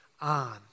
on